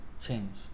change